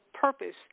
purpose